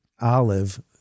Olive